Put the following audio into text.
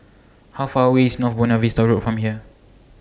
How Far away IS North Buona Vista Road from here